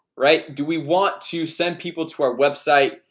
right? do we want to send people to our website?